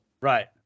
Right